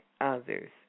others